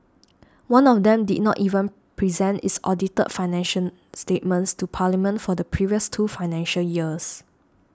one of them did not even present its audited financial statements to Parliament for the previous two financial years